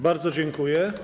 Bardzo dziękuję.